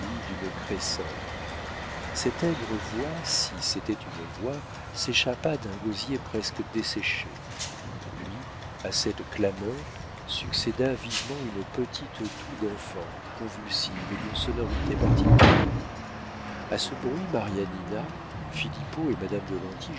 d'une crécelle cette aigre voix si c'était une voix s'échappa d'un gosier presque desséché puis à cette clameur succéda vivement une petite toux d'enfant convulsive et d'une sonorité particulière a ce bruit marianina filippo et madame